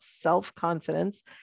self-confidence